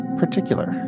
particular